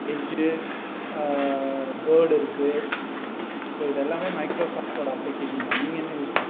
edge போர்டுருக்கு so இது எல்லாமே மைக்ரோ சாஃப்ட்டோட அப்ளிக்கேஷன் தான் நீங்கள் என்ன யூஸ் பண்ணுறீங்க